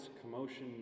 commotion